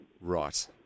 Right